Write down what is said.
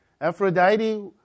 Aphrodite